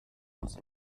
aus